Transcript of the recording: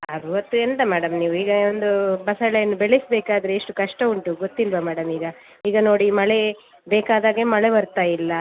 ಅರವತ್ತು ಎಂತ ಮೇಡಮ್ ನೀವು ಈಗ ಒಂದು ಬಸಳೆಯನ್ನು ಬೆಳೆಸ್ಬೇಕಾದರೆ ಎಷ್ಟು ಕಷ್ಟ ಉಂಟು ಗೊತ್ತಿಲ್ವಾ ಮೇಡಮ್ ಈಗ ಈಗ ನೋಡಿ ಮಳೆ ಬೇಕಾದಾಗೆ ಮಳೆ ಬರ್ತಾ ಇಲ್ಲ